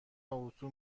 اتو